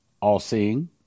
all-seeing